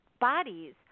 bodies